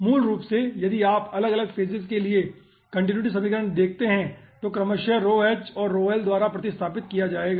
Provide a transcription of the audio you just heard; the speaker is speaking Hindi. मूल रूप से यदि आप अलग अलग फेजेज के लिए कन्टीन्युटी समीकरण देखते हैं तो n क्रमशः और द्वारा प्रतिस्थापित किया जाएगा